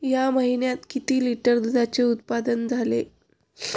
या महीन्यात किती लिटर दुधाचे उत्पादन झाले?